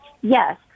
Yes